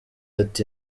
ati